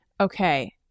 Okay